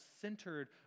centered